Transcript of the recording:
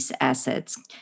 assets